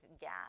gas